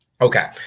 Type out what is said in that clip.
Okay